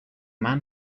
man